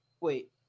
Wait